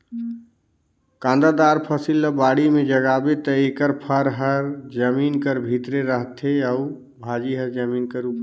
कांदादार फसिल ल बाड़ी में जगाबे ता एकर फर हर जमीन कर भीतरे रहथे अउ भाजी हर जमीन कर उपर